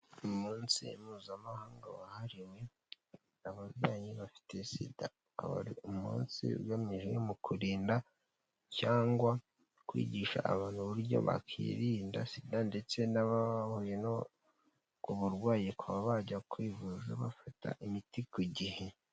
Umunsi mpuzamahanga wahariwe ababyeyi ba bafiteye sida umunsi ugamije mu kurinda cyangwa kwigisha abantu uburyo bakirinda sida ndetse n'abahuye ku burwayi baka bajya kwivuza bafata imiti ku gihe.